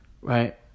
Right